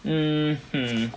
mmhmm